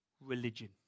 religion